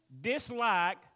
dislike